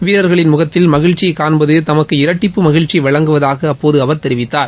வீரர்களின் முகத்தில் மகிழ்ச்சியை காண்பது தமக்கு இரட்டிப்பு மகிழ்ச்சியை வழங்குவதாக அப்போது அவர் தெரிவித்தார்